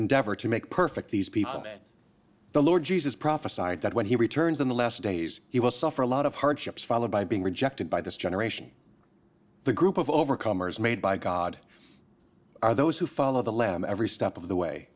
endeavor to make perfect these people the lord jesus prophesied that when he returns in the last days he will suffer a lot of hardships followed by being rejected by this generation the group of overcomers made by god are those who follow the lamb every step of the way